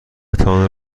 تان